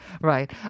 right